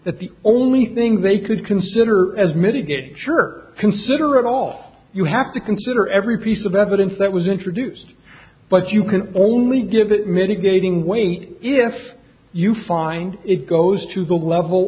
that the only thing they could consider as mitigate sure consider of all you have to consider every piece of evidence that was introduced but you can always give it mitigating weight if you find it goes to the level